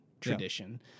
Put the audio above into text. tradition